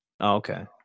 Okay